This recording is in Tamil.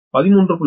13